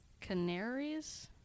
canaries